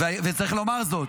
וצריך לומר זאת,